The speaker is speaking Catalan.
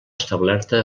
establerta